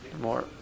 more